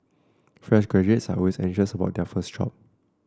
fresh graduates are always anxious about their first job